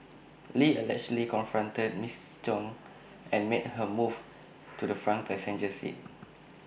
lee allegedly confronted miss chung and made her move to the front passenger seat